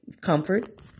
comfort